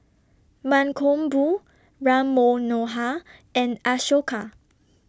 Mankombu Ram Manohar and Ashoka